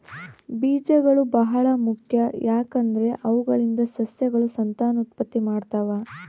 ಬೀಜಗಳು ಬಹಳ ಮುಖ್ಯ, ಯಾಕಂದ್ರೆ ಅವುಗಳಿಂದ ಸಸ್ಯಗಳು ಸಂತಾನೋತ್ಪತ್ತಿ ಮಾಡ್ತಾವ